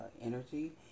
energy